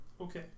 Okay